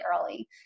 early